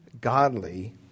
godly